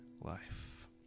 life